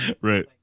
Right